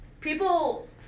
people